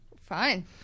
Fine